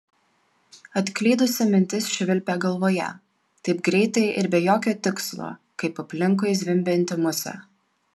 atklydusi mintis švilpė galvoje taip greitai ir be jokio tikslo kaip aplinkui zvimbianti musė